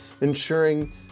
ensuring